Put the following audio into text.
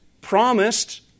promised